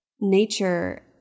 nature